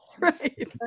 Right